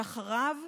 שאחריו,